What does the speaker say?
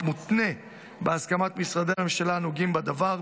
מותנה בהסכמת משרדי הממשלה הנוגעים בדבר,